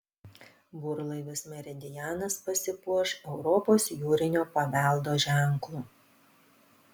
burlaivis meridianas pasipuoš europos jūrinio paveldo ženklu